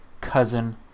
cousin